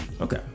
Okay